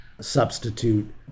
Substitute